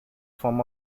form